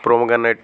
pomegranate